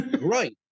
right